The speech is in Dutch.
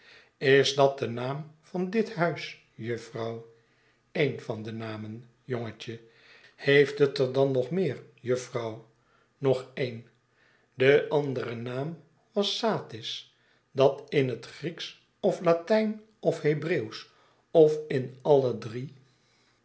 is dat de naam van dit huis jufvrouw een van de namen jongetje heeft'het er dan nog meer jufvrouw nog een de andere naam was satis dat in het grieksch of latijn of hebreeuwsch of in alle drie